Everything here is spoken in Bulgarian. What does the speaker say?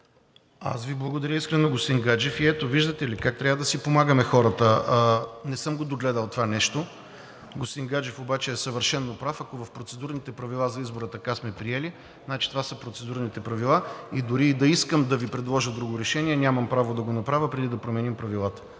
Аз Ви благодаря искрено, господин Гаджев. Ето, виждате ли как хората трябва да си помагаме? Не съм го догледал това нещо, но господин Гаджев е съвършено прав. Ако в Процедурните правила за избора така сме приели, значи това са Процедурните правила и дори да искам да Ви предложа друго решение, нямам право да го направя, преди да променим правилата.